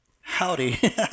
Howdy